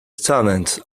students